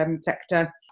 sector